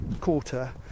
quarter